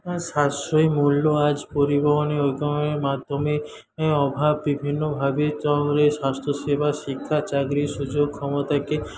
সাশ্রয়ী মূল্য আজ পরিবহনে ঐক্যয়নের মাধ্যমে অভাব বিভিন্নভাবে স্বাস্থ্য সেবা শিক্ষা চাকরীর সুযোগ ক্ষমতাকে